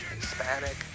Hispanic